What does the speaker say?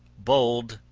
bold,